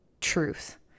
truth